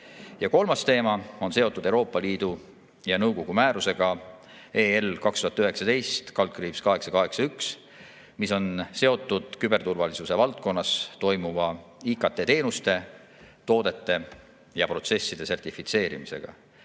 Kolmas teema on seotud Euroopa Parlamendi ja nõukogu määrusega (EL) 2019/881, mis on seotud küberturvalisuse valdkonnas toimuva IKT-teenuste, ‑toodete ja ‑protsesside sertifitseerimisega.